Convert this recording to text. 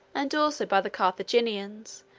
and also by the carthaginians,